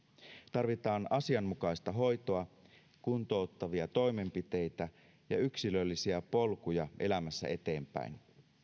tarvitaan asianmukaista hoitoa kuntouttavia toimenpiteitä ja yksilöllisiä polkuja elämässä eteenpäin